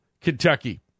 Kentucky